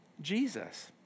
Jesus